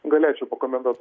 galėčiau pakomentuot